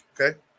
Okay